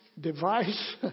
Device